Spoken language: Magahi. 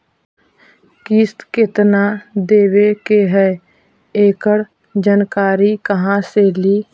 किस्त केत्ना देबे के है एकड़ जानकारी कहा से ली?